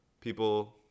people –